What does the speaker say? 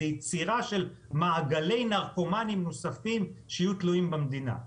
זו יצירה של מעגלי נרקומנים נוספים שיהיו תלויים במדינה.